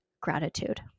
gratitude